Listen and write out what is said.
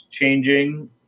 changing